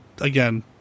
again